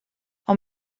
ond